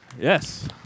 Yes